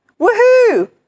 Woohoo